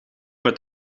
met